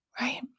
right